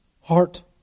heart